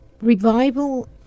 Revival